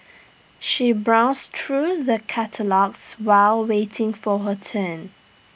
she browsed through the catalogues while waiting for her turn